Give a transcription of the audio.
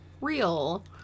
Real